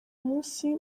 munsi